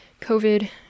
COVID